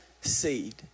seed